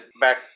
back